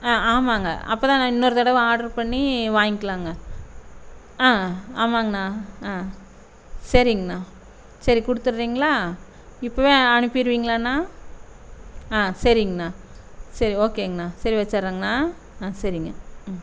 ஆ ஆமாங்க அப்போதான் நான் இன்னொரு தடவை ஆர்ட்ரு பண்ணி வாங்கிக்கலாங்க ஆ ஆமாங்ண்ணா ஆ சரிங்ண்ணா சரி கொடுத்துட்றீங்களா இப்போவே அனுப்பிடுவீங்ளாண்ணா ஆ சரிங்ண்ணா சரி ஓகேங்ண்ணா சரி வச்சிடுறேங்ண்ணா ஆ சரிங்க ம்